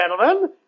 gentlemen